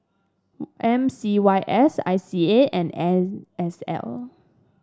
M C Y S I C A and N S L